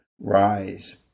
Rise